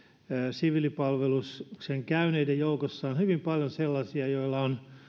siviilipalveluksen käyneiden joukossa on hyvin paljon sellaisia joilla on